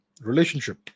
relationship